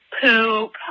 poop